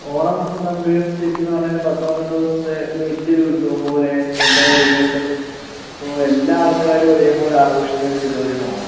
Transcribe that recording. ഓണം നമുക്ക് ശരിക്കും എന്ന് പറഞ്ഞാൽ ഒരു പത്ത് പന്ത്രണ്ട് ദിവസത്തെ ഒരു വലിയ ഒരു ഉത്സവം പോലെ അല്ലെങ്കിൽ എല്ലാ വീടുകളിലും ഇപ്പോൾ എല്ലാ ആൾക്കാരും ഒരേപോലെ ആഘോഷിക്കുന്ന ഒരു പരിപാടിയാണ് ഓണം